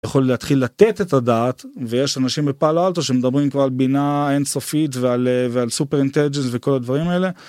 יכול להתחיל לתת את הדעת ויש אנשים בפעל אלטו שמדברים כבר על בינה אינסופית ועל סופר אינטליג'נס וכל הדברים האלה.